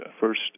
first